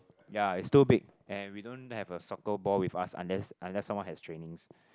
ya is too big and we don't have a soccer ball with us unless unless someone has trainings